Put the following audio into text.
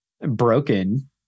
broken